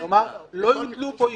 לומר: לא יוטלו פה עיקולים,